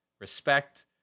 respect